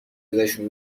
ازشون